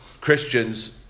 Christians